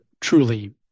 truly